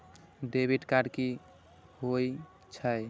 Debit card कि होई छै?